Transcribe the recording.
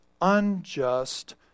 unjust